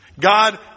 God